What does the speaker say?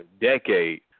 decade